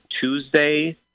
Tuesday